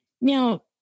Now